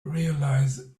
realise